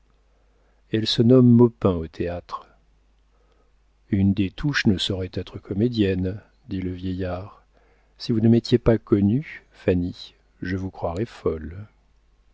elle se nomme maupin au théâtre une des touches ne saurait être comédienne dit le vieillard si vous ne m'étiez pas connue fanny je vous croirais folle